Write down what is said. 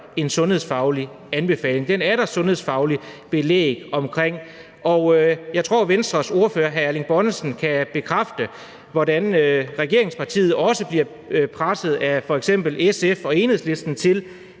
en sundhedsfaglig anbefaling bag sig – den er der sundhedsfagligt belæg for. Og jeg tror, at Venstres ordfører, hr. Erling Bonnesen, kan bekræfte, hvordan regeringspartiet bliver presset af f.eks. SF og Enhedslisten til